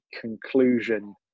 conclusion